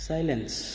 Silence